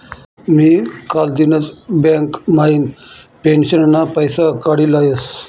मी कालदिनच बँक म्हाइन पेंशनना पैसा काडी लयस